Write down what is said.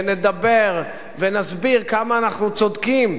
ונדבר ונסביר כמה אנחנו צודקים,